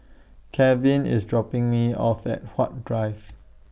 Calvin IS dropping Me off At Huat Drives